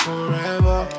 Forever